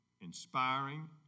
inspiring